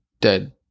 Dead